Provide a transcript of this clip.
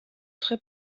très